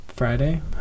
Friday